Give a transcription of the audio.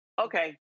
okay